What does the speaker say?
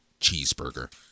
Cheeseburger